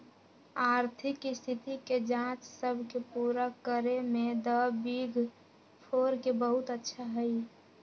आर्थिक स्थिति के जांच सब के पूरा करे में द बिग फोर के बहुत अच्छा हई